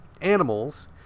animals